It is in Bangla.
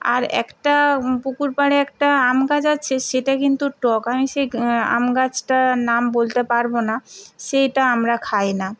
আর একটা পুকুর পাড়ে একটা আম গাছ আছে সেটা কিন্তু টক আমি সেই আম গাছটার নাম বলতে পারব না সেইটা আমরা খাই না